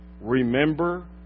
Remember